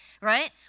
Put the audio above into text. Right